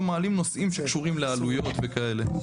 מעלים נושאים שקשורים לעלויות וכאלה.